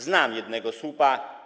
Znam jednego słupa.